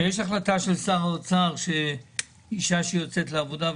יש החלטה של שר האוצר שאישה שיוצאת לעבודה,